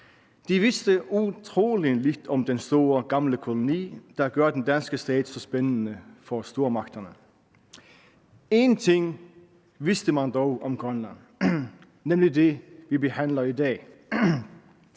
De vidste utrolig lidt om den store gamle koloni, der gør den danske stat så spændende for stormagterne. Én ting vidste man dog om Grønland, nemlig det, vi behandler i dag: